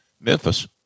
Memphis